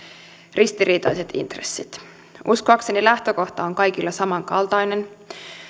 ristiriitaiset intressit uskoakseni lähtökohta on kaikilla samankaltainen